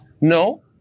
No